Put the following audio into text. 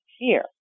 fear